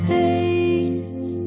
days